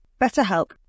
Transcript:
BetterHelp